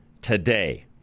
today